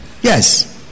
Yes